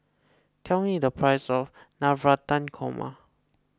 tell me the price of Navratan Korma